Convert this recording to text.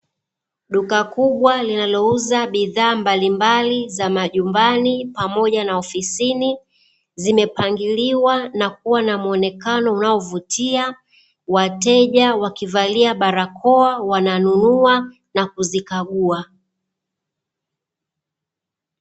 Duka kubwa linalouza bidhaa mbalimbali za majumbani pamoja na ofisini, zimepangiliwa na kuwa na muonekano unaovutia, wateja wakivalia barakoa wananunua na kuzikagua.